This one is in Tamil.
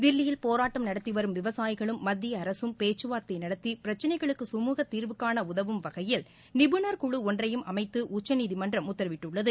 தில்லியில் போராட்டம் நடத்தி வரும் விவசாயிகளும் மத்திய அரசும் பேச்சுவார்த்தை நடத்தி பிரச்சினைகளுக்கு சுமூகத்தீர்வு காண உதவும் வகையில் நிபுணர் குழு ஒள்றையும் அமைத்து உச்சநீதிமன்றம் உத்தரவிட்டுள்ளது